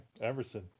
Everson